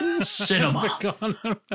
Cinema